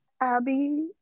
Abby